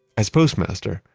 as postmaster,